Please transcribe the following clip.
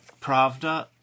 Pravda